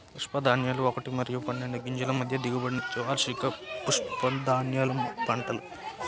పప్పుధాన్యాలు ఒకటి మరియు పన్నెండు గింజల మధ్య దిగుబడినిచ్చే వార్షిక పప్పుధాన్యాల పంటలు